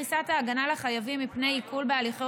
פריסת הגנה לחייבים מפני עיקול בהליכי